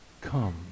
come